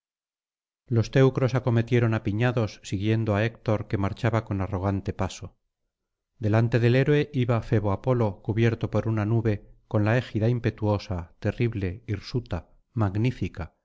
los teucros acometieron apiñados siguiendo á héctor que marchaba con arrogante paso delante del héroe iba febo apolo cubierto por una nube con la égida impetuosa terrible hirsuta magnífica